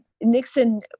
Nixon